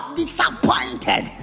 disappointed